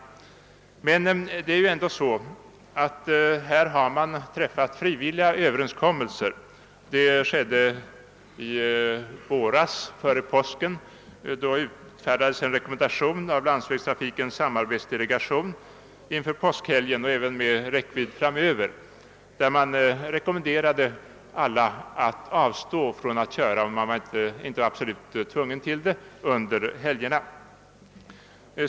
Men det är ju ändå så att man här träffat frivilliga överenskommelser. Före påsken utfärdades en rekommendation av Landsvägstrafikens samarbetsdelegation för tiden före påskhelgen och även med räckvidd framöver som innebar att man skulle avstå från att köra tyngre fordon under helgerna om det inte var absolut nödvändigt.